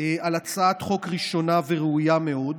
על הצעת חוק ראשונה וראויה מאוד.